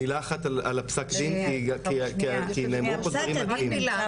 מילה אחת על הפסק דין, כי נאמרו פה דברים מטעים.